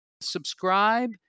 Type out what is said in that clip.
Subscribe